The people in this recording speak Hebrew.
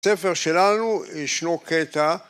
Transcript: ‫בספר שלנו ישנו קטע...